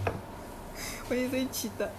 then kena the girl